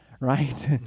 right